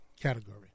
category